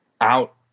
out